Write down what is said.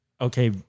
okay